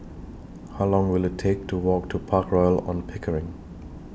How Long Will IT Take to Walk to Park Royal on Pickering